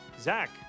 Zach